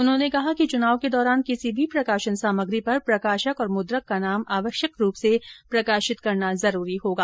उन्होंने कहा कि चुनाव के दौरान किसी भी प्रकाशन सामग्री पर प्रकाशक और मुद्रक का नाम आवश्यक रूप से प्रकाशित करना जरूरी होगा